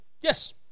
yes